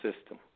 system